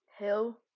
Hill